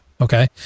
Okay